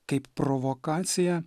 kaip provokacija